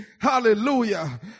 Hallelujah